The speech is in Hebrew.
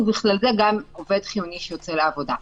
ובכלל זה גם עובד חיוני שיוצא לעבודה.